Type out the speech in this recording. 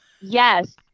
Yes